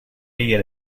ella